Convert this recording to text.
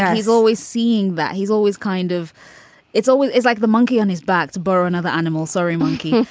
he's always seeing that. he's always kind of it's always is like the monkey on his back to bar another animal. sorry, monkey.